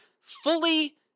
fully